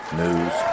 news